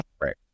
Right